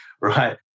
right